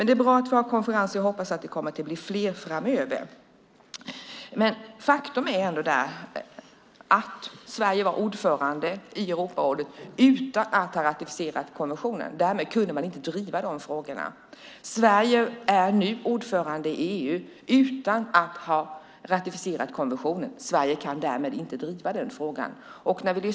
Det är bra att vi har konferenser. Jag hoppas att det blir fler framöver. Faktum är att Sverige var ordförande i Europarådet utan att ratificera konventionen. Därför kunde man inte driva de frågorna. Sverige är nu ordförande i EU utan att ha ratificerat konventionen. Sverige kan därmed inte driva den frågan.